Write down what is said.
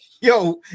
Yo